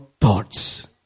thoughts